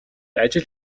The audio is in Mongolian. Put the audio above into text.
ажил